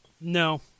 No